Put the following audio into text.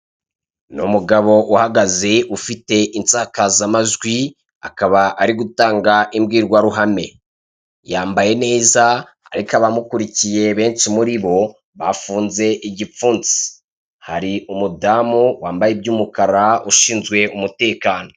Ni umugabo uhagaze ufite insakazamajwi akaba ari gutanga imbwirwaruhame. Yambaye neza, ariko abamukirikiye benshi muri bo bafunze igipfunsi. Hari umudamu wambaye iby'umukara ushinzwe umutekano.